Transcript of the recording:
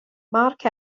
mark